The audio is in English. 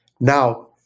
Now